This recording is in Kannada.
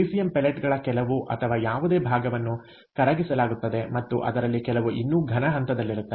ಪಿಸಿಎಂ ಪೆಲೆಟ್ಗಳ ಕೆಲವು ಅಥವಾ ಯಾವುದೇ ಭಾಗವನ್ನು ಕರಗಿಸಲಾಗುತ್ತದೆ ಮತ್ತು ಅದರಲ್ಲಿ ಕೆಲವು ಇನ್ನೂ ಘನ ಹಂತದಲ್ಲಿರುತ್ತವೆ